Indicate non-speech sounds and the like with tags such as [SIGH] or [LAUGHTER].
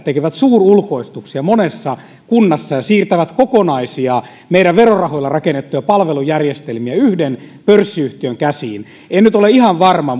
[UNINTELLIGIBLE] tekevät suurulkoistuksia monessa kunnassa ja siirtävät kokonaisia meidän verorahoilla rakennettuja palvelujärjestelmiä yhden pörssiyhtiön käsiin en nyt ole ihan varma [UNINTELLIGIBLE]